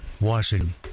Washington